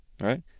right